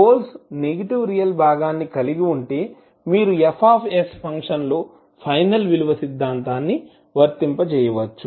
poles negative real భాగాన్ని కలిగి ఉంటే మీరు Fs ఫంక్షన్లో ఫైనల్ విలువ సిద్ధాంతాన్ని వర్తింపజేయవచ్చు